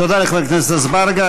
תודה לחבר הכנסת אזברגה.